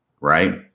right